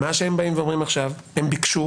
מה שהם באים ומבקשים עכשיו ובשיחות המוקדמות